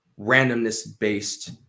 randomness-based